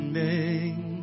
name